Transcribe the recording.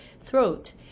throat